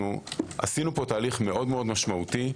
עשינו פה תהליך מאוד משמעותי.